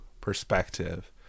perspective